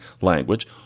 language